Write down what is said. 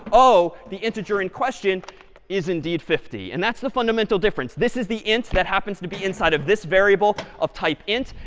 oh, the integer in question is indeed fifty. and that's the fundamental difference. this is the int that happens to be inside of this variable of type int.